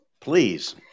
Please